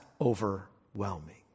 overwhelming